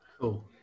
Cool